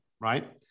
right